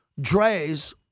Dre's